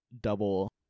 double